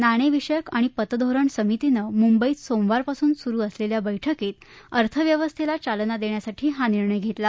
नाणेविषयक आणि पतधोरण समितीनं मुंबईत सोमवारपासून सुरु असलेल्या बैठकीत अर्थव्यस्थेला चालना देण्यासाठी हा निर्णय घेतला